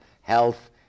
health